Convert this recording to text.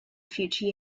future